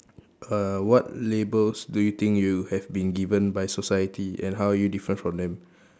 uh what labels do you think you have been given by society and how are you different from them